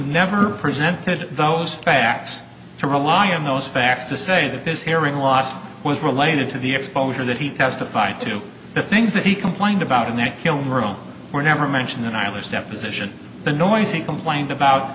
never presented those facts to rely on those facts to say that this hearing loss was related to the exposure that he testified to the things that he complained about in that film room were never mentioned and i was deposition the noise he complained about